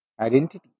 Identity